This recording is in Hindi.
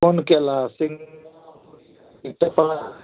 कौन केला है सिन्हापुरी की